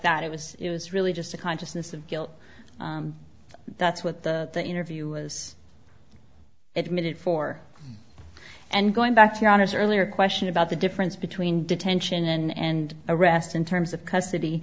that it was it was really just a consciousness of guilt that's what the interview was it needed for and going back to your honor's earlier question about the difference between detention and arrest in terms of custody